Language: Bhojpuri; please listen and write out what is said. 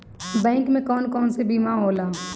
बैंक में कौन कौन से बीमा होला?